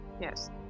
yes